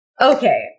Okay